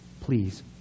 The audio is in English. Please